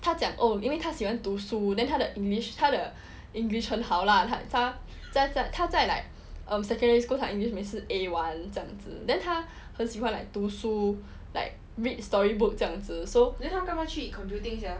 他讲因为他喜欢读书 then 他的 english 他的 english 很好啦他他在他在 like um secondary school 他 english 每次 A one 这样子 then 他很喜欢 like 读书 like read storybook 这样子 so